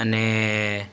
अने